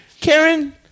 Karen